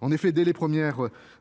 En effet, dès les premières